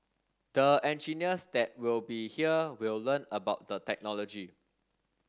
the engineers that will be here will learn about the technology